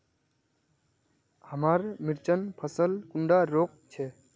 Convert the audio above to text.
हमार मिर्चन फसल कुंडा रोग छै?